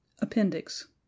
Appendix